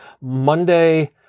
Monday